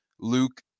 Luke